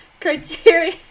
Criteria